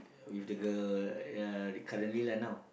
with the girl ya the currently lah now